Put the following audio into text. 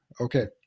Okay